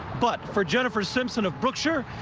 but for jennifer simpson of brookshire,